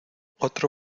otro